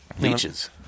Leeches